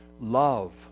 love